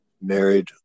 married